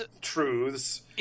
truths